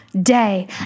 day